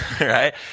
Right